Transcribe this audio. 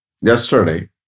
yesterday